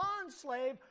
bondslave